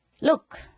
Look